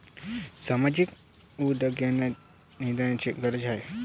सामाजिक उद्योगांनाही निधीची गरज आहे